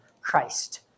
Christ